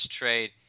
trade